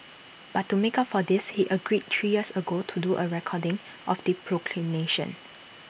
but to make up for this he agreed three years ago to do A recording of the proclamation